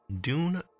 Dune